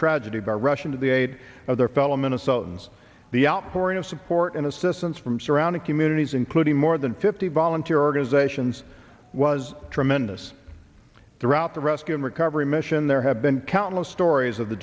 tragedy of our rushing to the aid of their fellow minnesotans the outpouring of support and assistance from surrounding communities including more than fifty volunteer organizations was tremendous throughout the rescue and recovery mission there have been countless stories of the